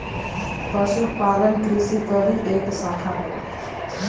पशुपालन कृषि क ही एक साखा होला